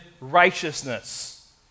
righteousness